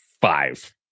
five